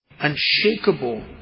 unshakable